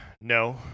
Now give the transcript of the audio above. No